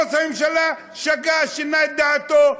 ראש הממשלה שגה, שינה את דעתו.